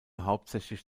hauptsächlich